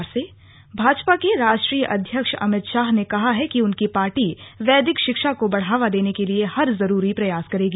अमित शाह भाजपा के राष्ट्रीय अध्यक्ष अमित शाह ने कहा है कि उनकी पार्टी वैदिक शिक्षा को बढ़ावा देने के लिए हर जरूरी प्रयास करेगी